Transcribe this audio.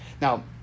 now